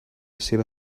seua